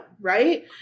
Right